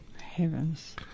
Heavens